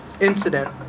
incident